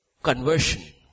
Conversion